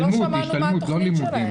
אנחנו לא שמענו מה התוכנית שלו.